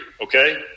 Okay